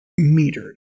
metered